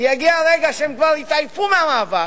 כי יגיע רגע שהם כבר יתעייפו מהמאבק,